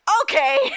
okay